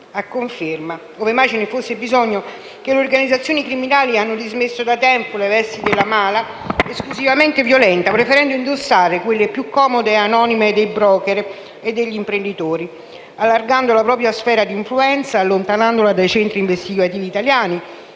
A conferma, ove mai ve ne fosse bisogno, che le organizzazioni criminali hanno dismesso da tempo le vesti della mala esclusivamente violenta preferendo indossare quelle più comode e anonime dei *broker* e degli imprenditori, allargando la propria sfera d'influenza, allontanandola dai centri investigativi italiani